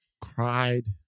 Cried